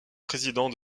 président